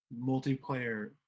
multiplayer